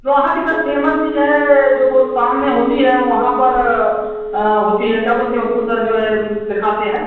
वहाँ की sir famous चीज है जो वो सामने होती है वहाँ पर होती है क्या बोलते हैं उसको सर जो है दिखाते हैं